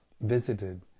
visited